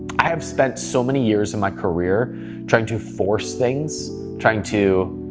i have spent so many years in my career trying to force things, trying to